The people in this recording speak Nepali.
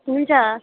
हुन्छ